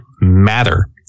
matter